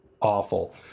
awful